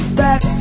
back